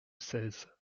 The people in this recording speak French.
seize